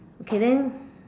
okay then